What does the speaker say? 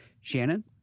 Shannon